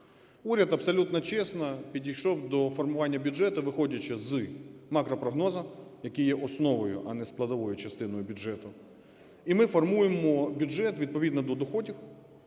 Уряд абсолютно чесно підійшов до формування бюджету, виходячи з макропрогнозів, які є основою, а не складовою частиною бюджету. І ми формуємо бюджет відповідно до доходів